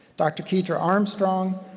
dr. ketra armstrong,